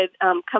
come